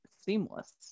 seamless